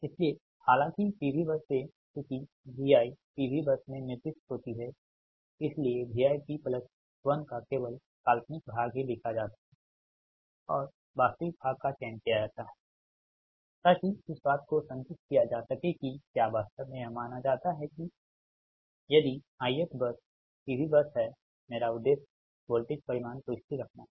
इसलिए हालाँकि PV बसें चूंकि Vi PV बस में निर्दिष्ट होती हैं इसलिए Vip1 का केवल काल्पनिक भाग ही लिखा जाता है और वास्तविक भाग का चयन किया जाता है ताकि इस बात को संतुष्ट किया जा सके कि क्या वास्तव में यह माना जाता है यदि ith बस PV बस है मेरा उद्देश्य वोल्टेज परिमाण को स्थिर रखना है